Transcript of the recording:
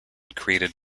created